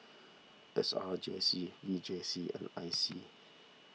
S R J C V J C and I C